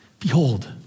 Behold